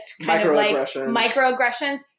Microaggressions